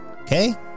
Okay